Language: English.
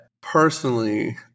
personally